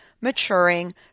maturing